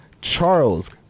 Charles